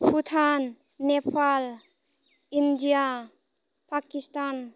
Bhutan Nepal India Pakistan